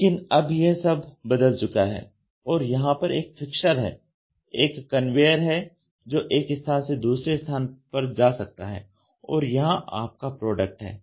लेकिन अब यह सब बदल चुका है और यहां पर एक फिक्सर है एक कन्वेयर है जो एक स्थान से दूसरे स्थान पर जा सकता है और यहां आपका प्रोडक्ट है